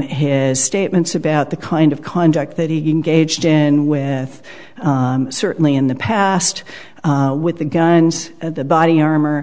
his statements about the kind of conduct that he engaged in with certainly in the past with the guns the body armor